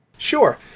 Sure